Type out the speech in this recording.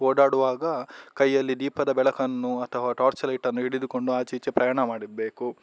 ಓಡಾಡುವಾಗ ಕೈಯ್ಯಲ್ಲಿ ದೀಪದ ಬೆಳಕನ್ನು ಅಥವಾ ಟಾರ್ಚ್ ಲೈಟನ್ನು ಹಿಡಿದುಕೊಂಡು ಆಚೀಚೆ ಪ್ರಯಾಣ ಮಾಡಬೇಕು